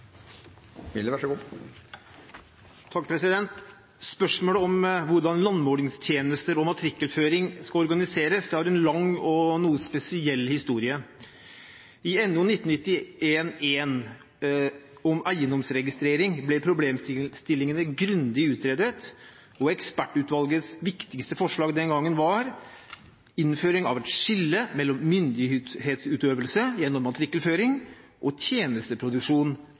Spørsmålet om hvordan landmålingstjenester og matrikkelføring skal organiseres, har en lang og noe spesiell historie. I NOU 1999:1, om eiendomsregistrering, ble problemstillingene grundig utredet, og ekspertutvalgets viktigste forslag den gang var innføring av et skille mellom myndighetsutøvelse gjennom matrikkelføring og tjenesteproduksjon